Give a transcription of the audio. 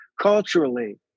culturally